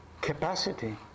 capacity